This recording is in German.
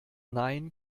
nein